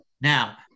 Now